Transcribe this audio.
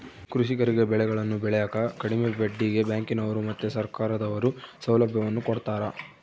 ಕೃಷಿಕರಿಗೆ ಬೆಳೆಗಳನ್ನು ಬೆಳೆಕ ಕಡಿಮೆ ಬಡ್ಡಿಗೆ ಬ್ಯಾಂಕಿನವರು ಮತ್ತೆ ಸರ್ಕಾರದವರು ಸೌಲಭ್ಯವನ್ನು ಕೊಡ್ತಾರ